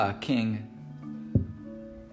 King